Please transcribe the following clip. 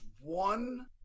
one